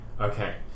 Okay